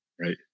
Right